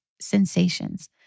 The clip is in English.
sensations